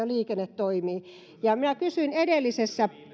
liikenne toimii minä kysyin edellisessä